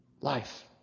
life